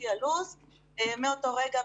למוסד שמתאים לדון בזה, ונקבל החלטה